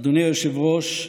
אדוני היושב-ראש,